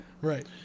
Right